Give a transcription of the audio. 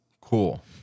Cool